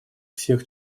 всех